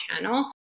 channel